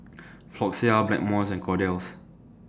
Floxia Blackmores and Kordel's